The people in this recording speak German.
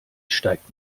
steigt